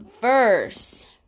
verse